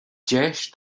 deis